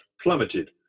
plummeted